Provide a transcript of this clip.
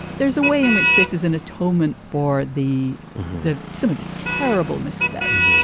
there's a way in which this is an atonement for the the some of the terrible missteps.